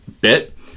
bit